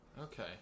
Okay